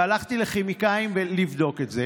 והלכתי לכימאים לבדוק את זה,